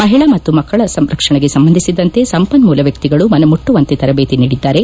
ಮಹಿಳಾ ಮತ್ತು ಮಕ್ಕಳ ರಕ್ಷಣೆಗೆ ಸಂಬಂಧಿಸಿದಂತೆ ಸಂಪನ್ನೂಲ ವ್ವಕ್ತಿಗಳು ಮನಮುಟ್ಸುವಂತೆ ತರದೇತಿ ನೀಡಿದ್ದಾರೆ